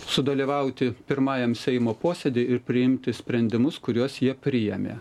sudalyvauti pirmajam seimo posėdyje ir priimti sprendimus kuriuos jie priėmė